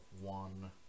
one